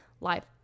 life